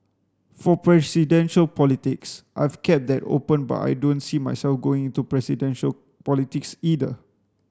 for presidential politics I've kept that open but I don't see myself going into presidential politics either